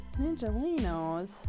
Ninjalinos